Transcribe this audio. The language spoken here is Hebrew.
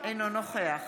אינו נוכח